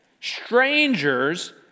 Strangers